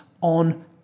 on